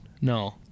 no